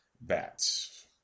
bats